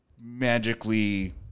magically